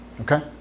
okay